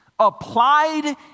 Applied